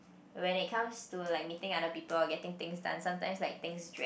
when it comes to like meeting other people or getting things done sometimes like things drag